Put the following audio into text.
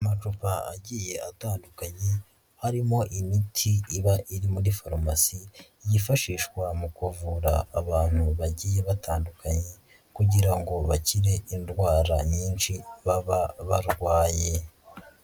Amacupa agiye atandukanye, harimo imiti iba iri muri farumasi, yifashishwa mu kuvura abantu bagiye batandukanye kugira ngo bagire indwara nyinshi baba barwaye.